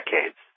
decades